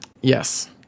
Yes